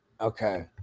Okay